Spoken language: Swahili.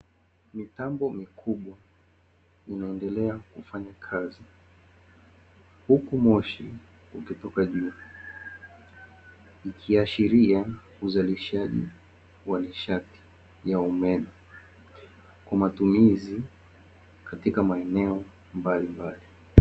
Mitambo mikubwa inaendelea kufanya kazi huku moshi ukitoka juu, ikiashiria uzalishaji wa nishati ya umeme kwa matumizi katika maeneo mbalimbali.